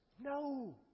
No